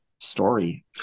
story